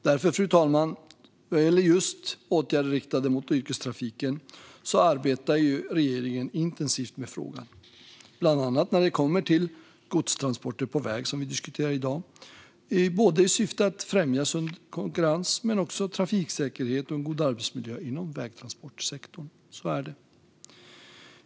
Därför, fru talman, arbetar regeringen intensivt med frågan när det gäller åtgärder riktade mot yrkestrafiken, bland annat när det kommer till godstransporter på väg, som vi diskuterar i dag. Vi gör det i syfte att främja sund konkurrens, trafiksäkerhet och en god arbetsmiljö inom vägtransportsektorn. Så är det.